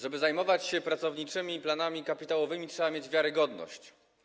Żeby zajmować się pracowniczymi planami kapitałowymi, trzeba mieć wiarygodność.